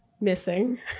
missing